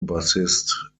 bassist